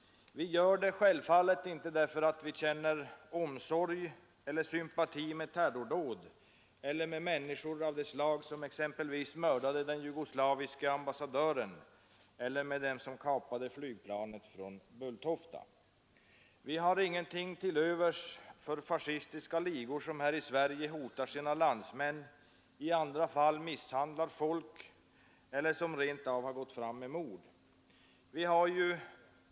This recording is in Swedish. Vi gör det självfallet inte därför att vi känner någon omsorg om eller sympati för terrordåd eller för människor av det slag som exempelvis mördade den jugoslaviske ambassadören, eller för dem som kapade flygplanet på Bulltofta. Vi har ingenting till övers för de fascistiska ligor som här i Sverige hotar sina landsmän och som i andra fall har misshandlat folk eller rent av har gått fram med mord.